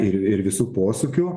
ir ir visų posūkių